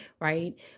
right